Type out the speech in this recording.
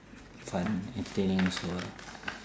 fun entertaining also ah